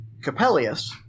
Capellius